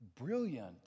brilliant